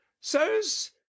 sirs